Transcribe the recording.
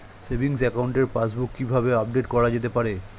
Savings একাউন্টের passbook কি কিভাবে আপডেট করা যেতে পারে?